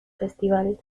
festival